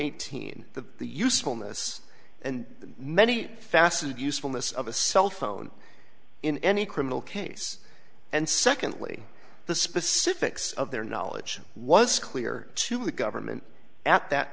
the usefulness and many faceted usefulness of a cell phone in any criminal case and secondly the specifics of their knowledge was clear to the government at that